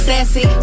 Sassy